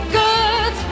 good